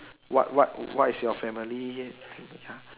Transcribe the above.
what what what is your family ya